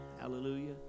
hallelujah